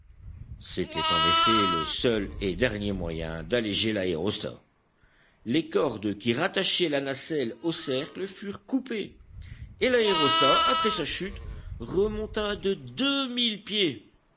c'était en effet le seul et dernier moyen d'alléger l'aérostat les cordes qui rattachaient la nacelle au cercle furent coupées et l'aérostat après sa chute remonta de deux mille pieds